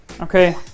Okay